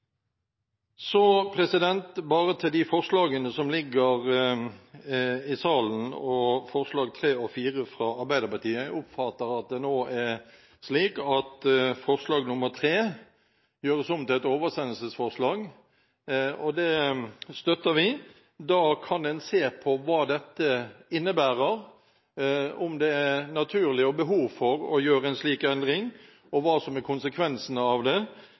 Så til forslagene nr. 3 og 4 fra Arbeiderpartiet som nå ligger utdelt i salen: Jeg oppfatter det slik at forslag nr. 3 gjøres om til et oversendelsesforslag, og det støtter vi. Da kan en se på hva dette innebærer, om det er naturlig, og behov for, å gjøre en slik endring, og hva som er konsekvensene av det.